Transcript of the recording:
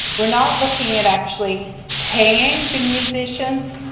we're not looking at actually paying the musicians.